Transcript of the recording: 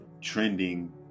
trending